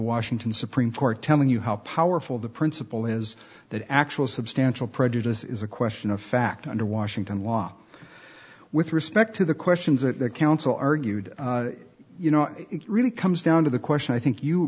washington supreme court telling you how powerful the principle is that actual substantial prejudice is a question of fact under washington law with respect to the questions that the council argued you know it really comes down to the question i think you